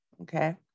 Okay